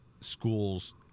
schools